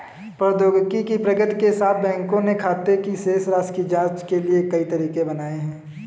प्रौद्योगिकी की प्रगति के साथ, बैंकों ने खाते की शेष राशि की जांच के लिए कई तरीके बनाए है